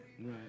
Right